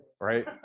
Right